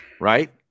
Right